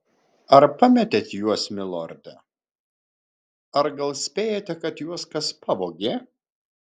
ar pametėt juos milorde ar gal spėjate kad juos kas pavogė